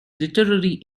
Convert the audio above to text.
literary